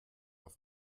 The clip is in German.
auf